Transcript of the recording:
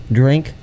drink